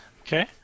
Okay